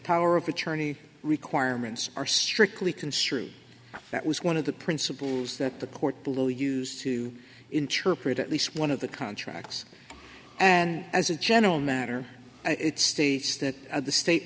power of attorney requirements are strictly construed that was one of the principle that the court will use to interpret at least one of the contracts and as a general matter it states that the state